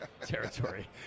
territory